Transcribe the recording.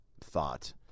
thought